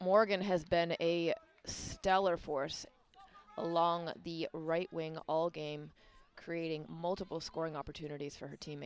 morgan has been a stellar force along the right wing all game creating multiple scoring opportunities for her team